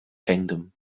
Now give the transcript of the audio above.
kingdom